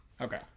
Okay